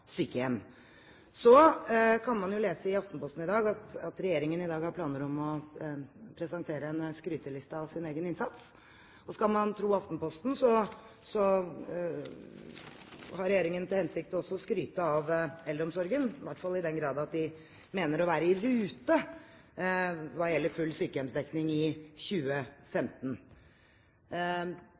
sykehjem. Så kan man lese i Aftenposten i dag at regjeringen i dag har planer om å presentere en skryteliste over sin egen innsats. Skal man tro Aftenposten, har regjeringen til hensikt også å skryte av eldreomsorgen, i hvert fall i den grad at de mener å være i rute hva gjelder full sykehjemsdekning i 2015.